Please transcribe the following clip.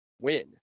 win